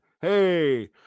Hey